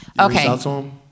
Okay